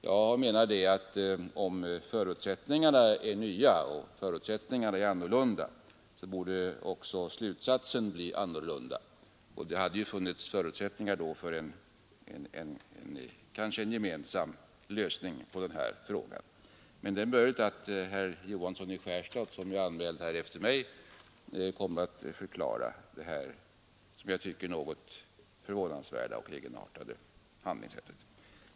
Jag menar att om förutsättningarna är nya och annorlunda, borde också slutsatsen bli annorlunda, och det hade då kanske funnits förutsättningar för en gemensam lösning av frågan. Det är möjligt att herr Johansson i Skärstad, som är anmäld på talarlistan efter mig, kommer att förklara det, som jag tycker, något förvånansvärda och egenartade handlingssättet.